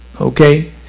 Okay